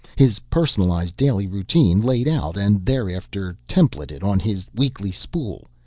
his personalized daily routine laid out and thereafter templated on his weekly spool.